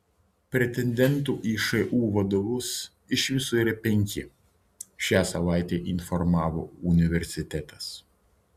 pretendentų į šu vadovus iš viso yra penki šią savaitę informavo universitetas